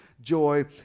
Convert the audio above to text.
joy